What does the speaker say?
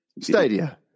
Stadia